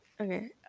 okay